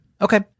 Okay